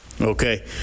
Okay